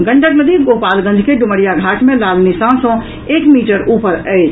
गंडक नदी गोपालगंज के डुमरियाघाट मे लाल निशान सँ एक मीटर ऊपर बनल अछि